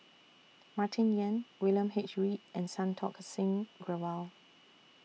Martin Yan William H Read and Santokh Singh Grewal